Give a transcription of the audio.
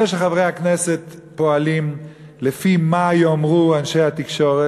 זה שחברי הכנסת פועלים לפי מה יאמרו אנשי התקשורת,